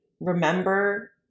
remember